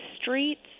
streets